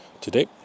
Today